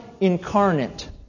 incarnate